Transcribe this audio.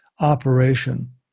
operation